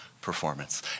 performance